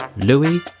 Louis